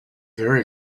very